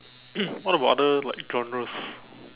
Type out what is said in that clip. what about other like genres